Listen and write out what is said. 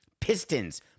Pistons